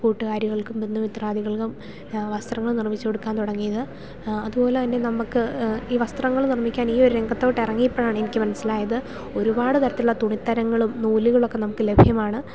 കൂട്ടുകാരികൾക്കും ബന്ധുമിത്രാദികൾക്കും വസ്ത്രങ്ങൾ നിർമ്മിച്ചു കൊടുക്കാൻ തുടങ്ങിയത് അതുപോലെ തന്നെ നമുക്ക് ഈ വസ്ത്രങ്ങൾ നിർമ്മിക്കാൻ ഈ ഒരു രംഗത്തോട്ട് ഇറങ്ങിയപ്പോൾ ആണ് എനിക്ക് മനസ്സിലായത് ഒരുപാട് തരത്തിലുള്ള തുണിത്തരങ്ങളും നൂലുകളൊക്കെ നമുക്ക് ലഭ്യമാണ്